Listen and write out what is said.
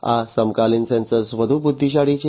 આ સમકાલીન સેન્સર્સ વધુ બુદ્ધિશાળી છે